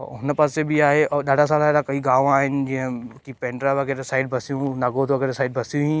ऐं हुन पासे बि आहे ऐं ॾाढा सारा अहिड़ा कई गांव आहिनि जीअं की पेंड्रा वग़ैरह साइड बसियूं नागौद वग़ैरह साइड बसियूं ई